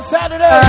Saturday